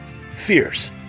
fierce